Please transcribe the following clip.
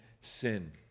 sin